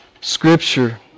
Scripture